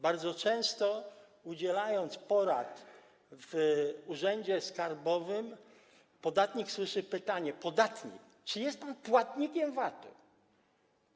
Bardzo często przy udzielaniu porad w urzędzie skarbowym podatnik słyszy pytanie, podatnik: czy jest pan płatnikiem VAT-u?